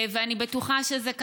ואני בטוחה שזה,